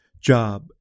job